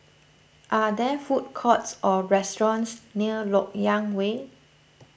are there food courts or restaurants near Lok Yang Way